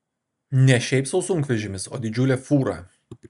ne šiaip sau sunkvežimis o didžiulė fūra